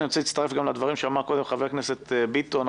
אני גם רוצה להצטרף גם לדברים שאמר קודם חבר הכנסת ביטון.